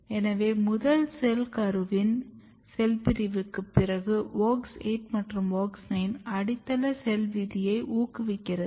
எனவே முதல் செல் கருவின் செல் பிரிவுக்குப் பிறகு WOX 8 மற்றும் WOX 9 அடித்தள செல் விதியை ஊக்குவிக்கிறது